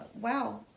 Wow